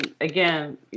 again